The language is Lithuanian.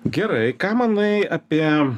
gerai ką manai apie